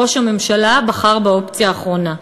ראש הממשלה בחר באופציה האחרונה,